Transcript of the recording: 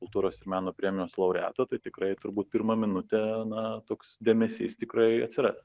kultūros ir meno premijos laureato tai tikrai turbūt pirmą minutę na toks dėmesys tikrai atsiras